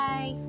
Bye